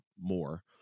more